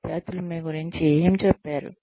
విద్యార్థులు మీ గురించి ఏమి చెప్పారు